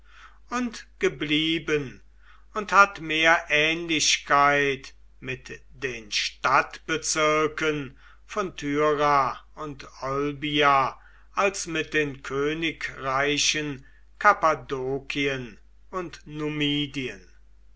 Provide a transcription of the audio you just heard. und geblieben und hat mehr ähnlichkeit mit den stadtbezirken von tyra und olbia als mit den königreichen kappadokien und